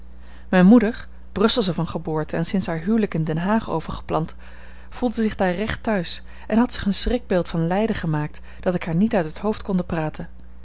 mijne moeder brusselsche van geboorte en sinds haar huwelijk in den haag overgeplant voelde zich daar recht thuis en had zich een schrikbeeld van leiden gemaakt dat ik haar niet uit het hoofd konde praten